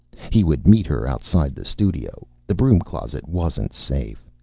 he would meet her outside the studio. the broom-closet wasn't safe.